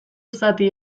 zati